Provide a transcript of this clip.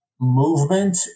movement